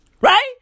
Right